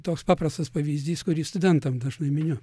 toks paprastas pavyzdys kurį studentam dažnai miniu